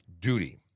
duty